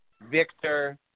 Victor